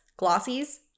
Glossies